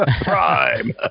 Prime